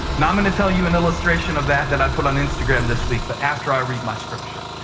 i'm going to tell you an illustration of that that i put on instagram this week, but after i read my scripture.